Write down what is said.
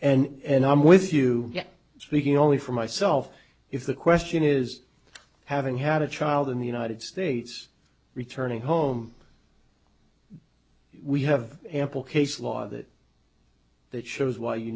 before and i'm with you speaking only for myself if the question is having had a child in the united states returning home we have ample case law that that shows why you